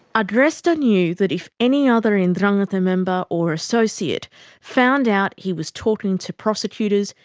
agresta knew that if any other and ndrangheta member or associate found out he was talking to prosecutors,